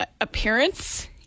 appearance